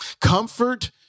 Comfort